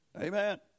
Amen